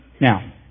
Now